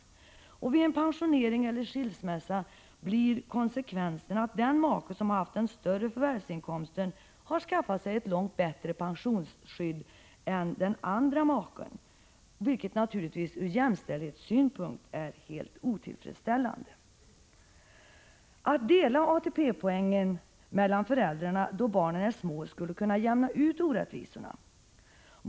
Konsekvenserna av en pensionering eller skilsmässa blir att den make som har haft den största förvärvsinkomsten också har skaffat sig ett långt bättre pensionsskydd. Ur jämställdhetssynpunkt är detta naturligtvis helt otillfredsställande. Om ATP-poängen kunde delas mellan föräldrarna medan barnen är små, skulle orättvisorna kunna utjämnas.